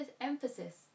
emphasis